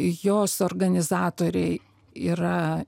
jos organizatoriai yra